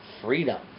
freedom